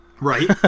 Right